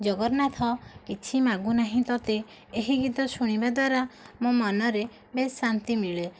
ଜଗନ୍ନାଥ କିଛି ମାଗୁ ନାହିଁ ତୋତେ ଏହି ଗୀତ ଶୁଣିବା ଦ୍ଵାରା ମୋ ମନରେ ବେଶ୍ ଶାନ୍ତି ମିଳେ